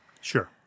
Sure